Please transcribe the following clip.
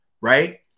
Right